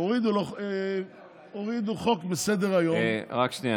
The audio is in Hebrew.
הורידו חוק מסדר-היום, רק שנייה.